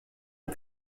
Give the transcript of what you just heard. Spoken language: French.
est